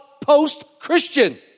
post-Christian